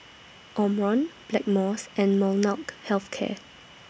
Omron Blackmores and Health Care